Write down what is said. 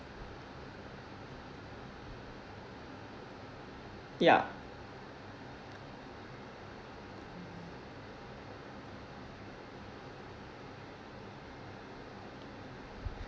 ya